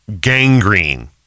gangrene